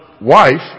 wife